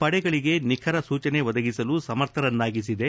ಪಡೆಗಳಿಗೆ ನಿಖರ ಸೂಚನೆ ಒದಗಿಸಲು ಸಮರ್ಥರನ್ನಾಗಿಸಿದೆ